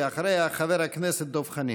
אחריה, חבר הכנסת דב חנין.